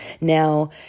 Now